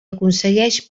aconsegueix